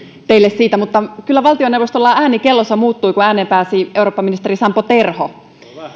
teille siitä mutta kyllä valtioneuvostolla ääni kellossa muuttui kun ääneen pääsi eurooppaministeri sampo terho